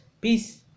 Peace